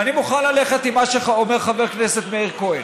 ואני מוכן ללכת עם מה שאומר חבר הכנסת מאיר כהן,